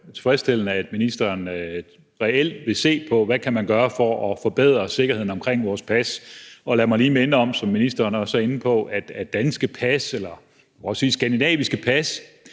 tilfredsstillende, at ministeren reelt vil se på, hvad man kan gøre for at forbedre sikkerheden omkring vores pas. Lad mig lige minde om, som ministeren også er inde på, at danske pas – eller skandinaviske pas